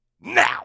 Now